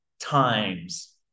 times